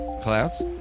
Clouds